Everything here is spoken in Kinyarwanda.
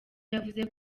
yavuze